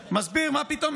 מסביר: מה פתאום?